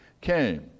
came